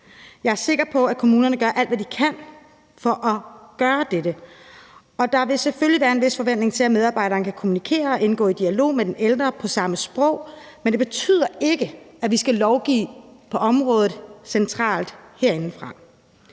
Jeg er sikker på, at kommunerne gør alt, hvad de kan, for at sikre dette, og der vil selvfølgelig være en vis forventning til, at medarbejderen kan kommunikere og indgå i dialog med den ældre på samme sprog, men det betyder ikke, at vi skal lovgive på området centralt, altså herindefra.